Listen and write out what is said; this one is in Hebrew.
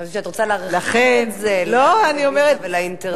חשבתי שאת רוצה להרחיב את זה לטלוויזיה ולאינטרנט.